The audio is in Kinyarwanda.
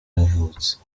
yavutse